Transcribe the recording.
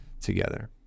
together